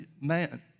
man